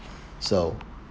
so